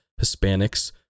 Hispanics